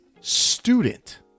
student